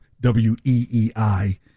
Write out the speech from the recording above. W-E-E-I